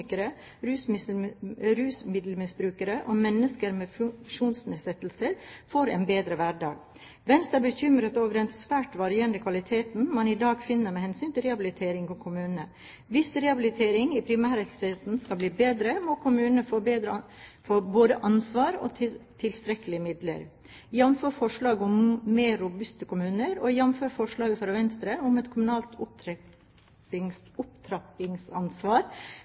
at kronikere, rusmiddelmisbrukere og mennesker med funksjonsnedsettelse får en bedre hverdag. Venstre er bekymret over den svært varierende kvaliteten man i dag finner med hensyn til rehabilitering i kommunene. Hvis rehabiliteringen i primærhelsetjenesten skal bli bedre, må kommunene få både ansvar og tilstrekkelige midler, jf. forslaget om mer robuste kommuner og jf. forslaget fra Venstre om et kommunalt